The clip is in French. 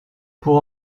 pour